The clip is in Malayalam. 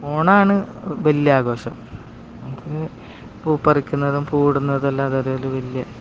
ഓണമാണ് വലിയ ആഘോഷം നമുക്ക് പൂപ്പറിക്കുന്നതും പൂവിടുന്നതും എല്ലാം അതൊരു വലിയ